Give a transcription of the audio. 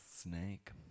Snake